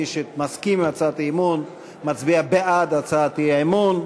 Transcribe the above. מי שמסכים להצעת האי-אמון מצביע בעד הצעת האי-אמון.